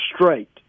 straight